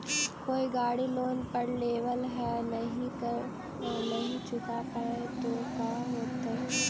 कोई गाड़ी लोन पर लेबल है नही चुका पाए तो का होतई?